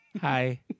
Hi